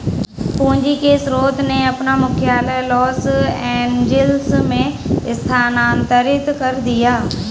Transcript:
पूंजी के स्रोत ने अपना मुख्यालय लॉस एंजिल्स में स्थानांतरित कर दिया